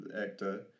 actor